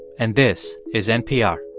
and this is npr